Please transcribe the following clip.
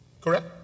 Correct